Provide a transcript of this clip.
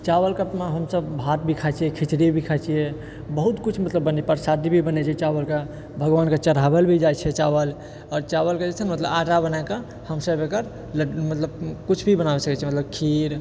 चावलके अपना हमसभ भात भी खाइ छियै खिचड़ी भी खाइ छियै बहुत किछु मतलब बनै परसादी भी बनै छै चावलके भगवानके चढ़ाओल भी जाइ छै चावल आओर चावलके जे छै ने मतलब आटा बनाएके हमसभ एकर लऽ मतलब किछु भी बनाबै सकै छियै मतलब खीर